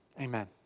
amen